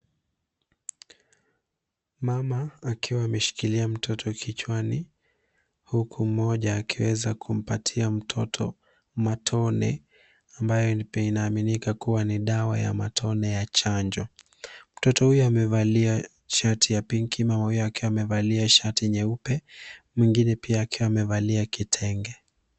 Mama akiwa ameshikilia mtoto kichwani huku mmoja akiweza kumpatia mtoto matone ambayo inaaminika kuwa ni dawa ya mtone ya chanjo. Mtoto huyo amevalia shati ya pinki, mama huyo akiwa amevalia shati nyeupe, mwingine pia akiwa amevalia kitenge.